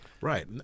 Right